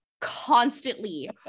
constantly